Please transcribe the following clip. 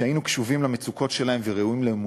שהיינו קשובים למצוקות שלהם וראויים לאמונם.